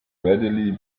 readily